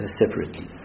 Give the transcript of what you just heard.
separately